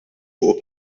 fuqu